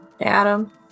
Adam